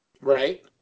Right